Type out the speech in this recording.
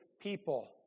people